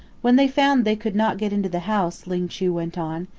when they found they could not get into the house, ling chu went on,